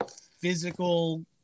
physical